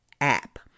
app